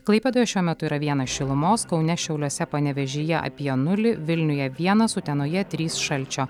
klaipėdoje šiuo metu yra vienas šilumos kaune šiauliuose panevėžyje apie nulį vilniuje vienas utenoje trys šalčio